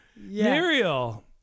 Muriel